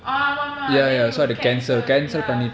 ஆங்ஆமாமாஆமா:aang amaama aama then you cancelled ya